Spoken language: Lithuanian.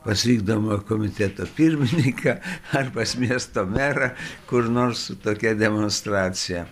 pas vykdomojo komiteto pirmininką ar pas miesto merą kur nors tokia demonstracija